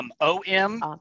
O-M